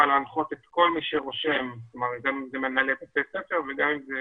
להנחות את כל מי שרושם גם אלה מנהלי בתי ספר וגם אם אלה